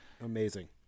amazing